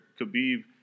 Khabib